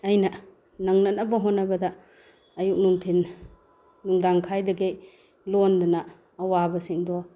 ꯑꯩꯅ ꯅꯪꯅꯅꯕ ꯍꯣꯠꯅꯕꯗ ꯑꯌꯨꯛ ꯅꯨꯡꯊꯤꯜ ꯅꯨꯡꯗꯥꯡ ꯈꯥꯏꯗꯈꯩ ꯂꯣꯟꯗꯅ ꯑꯥꯋꯥꯕꯁꯤꯡꯗꯣ